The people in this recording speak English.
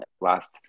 last